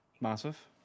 Massive